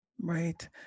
Right